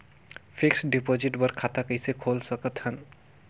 Fixed deposit बर खाता कइसे खोल सकत हन?